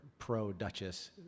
pro-duchess